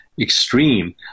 extreme